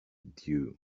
dew